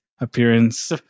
appearance